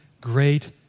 great